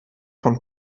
von